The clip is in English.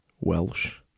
Welsh